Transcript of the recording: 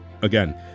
Again